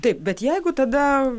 taip bet jeigu tada